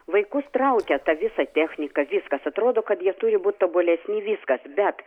vaikus traukia ta visa technika viskas atrodo kad jie turi būt tobulesni viskas bet